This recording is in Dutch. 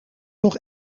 nog